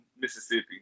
Mississippi